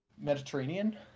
Mediterranean